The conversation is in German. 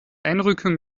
einrückung